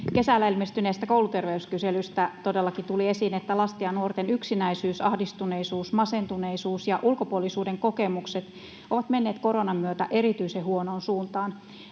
Kesällä ilmestyneestä kouluterveyskyselystä todellakin tuli esiin, että lasten ja nuorten yksinäisyys, ahdistuneisuus, masentuneisuus ja ulkopuolisuuden kokemukset ovat menneet koronan myötä erityisen huonoon suuntaan.